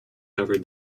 covered